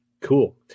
Cool